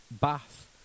Bath